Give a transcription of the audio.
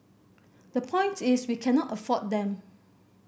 the point is we cannot afford them